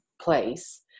Place